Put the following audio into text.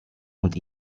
und